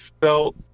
felt